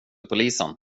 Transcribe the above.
polisen